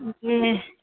ये